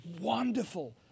wonderful